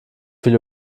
viel